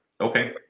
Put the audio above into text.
Okay